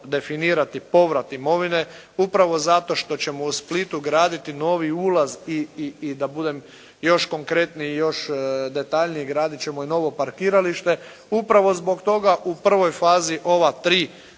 definirati povrat imovine upravo zato što ćemo u Splitu graditi novi ulaz i da budem još konkretniji, još detaljniji, graditi ćemo i novo parkiralište, upravo zbog toga u prvoj fazi ova tri